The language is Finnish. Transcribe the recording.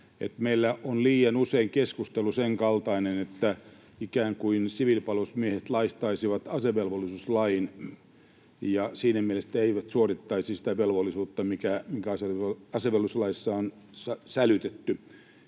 meillä on liian usein keskustelu sen kaltainen, että ikään kuin siviilipalvelusmiehet laistaisivat asevelvollisuuslaista ja siinä mielessä eivät suorittaisi sitä velvollisuutta, mikä asevelvollisuuslaissa on sälytetty.